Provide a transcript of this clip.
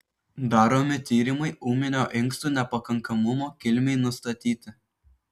daromi tyrimai ūminio inkstų nepakankamumo kilmei nustatyti